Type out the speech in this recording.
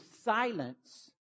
silence